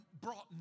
brought